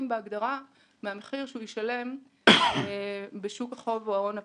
בהגדרה מהמחיר שהוא ישלם בשוק החוב או ההון הפרטיים.